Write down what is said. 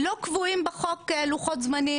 לא קבועים בחוק לוחות זמנים,